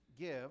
give